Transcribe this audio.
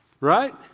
Right